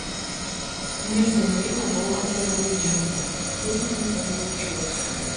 neseniai buvau azerbaidžane puikiai ten jaučiausi